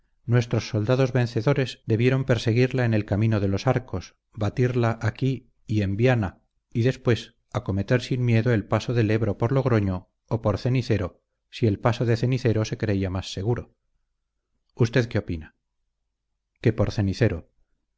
nuestros soldados vencedores debieron perseguirla en el camino de los arcos batirla aquí y en viana y después acometer sin miedo el paso del ebro por logroño o por cenicero si el paso de cenicero se creía más seguro usted qué opina que por cenicero